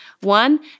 One